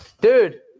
dude